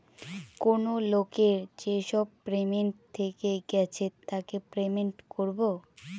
কেনো লোকের যেসব পেমেন্ট থেকে গেছে তাকে পেমেন্ট করবো